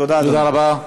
תודה רבה.